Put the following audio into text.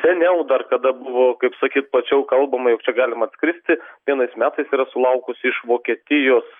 seniau dar kada buvo kaip sakyt plačiau kalbama jo čia galima atskristi vienais metais yra sulaukusi iš vokietijos